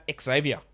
Xavier